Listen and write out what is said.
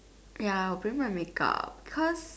ya I'll bring my make up because